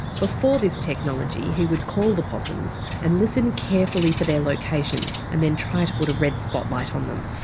before this technology he would call the possums and listen carefully for their location and then try to put a red spotlight on them.